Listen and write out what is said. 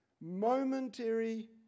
momentary